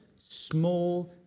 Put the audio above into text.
small